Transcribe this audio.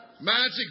Magic